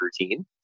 routine